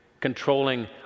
controlling